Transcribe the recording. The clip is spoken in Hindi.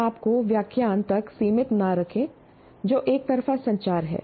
अपने आप को व्याख्यान तक सीमित न रखें जो एकतरफा संचार है